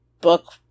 book